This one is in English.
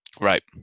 Right